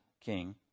king